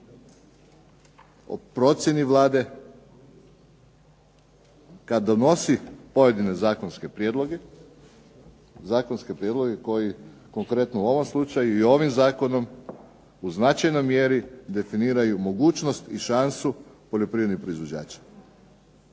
o procjeni Vlade kada donosi pojedine zakonske prijedloge, zakonske prijedloge koji konkretno u ovom slučaju i ovim zakonom u značajnoj mjeri definiraju mogućnost i šansu poljoprivrednih proizvođača.